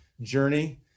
journey